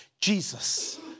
Jesus